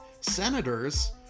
senators